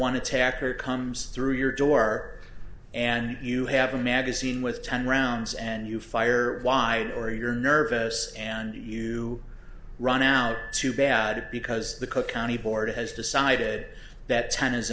one attacker comes through your door and you have a magazine with ten rounds and you fire it wide or you're nervous and you run out too bad because the cook county board has decided that ten is